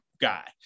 guy